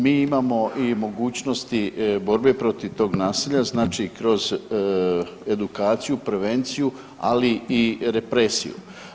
Mi imamo i mogućnosti borbe protiv tog nasilja znači kroz edukaciju, prevenciju, ali i represiju.